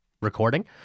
recording